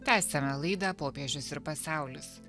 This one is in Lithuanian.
tęsiame laidą popiežius ir pasaulis